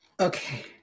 okay